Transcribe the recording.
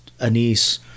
anise